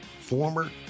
former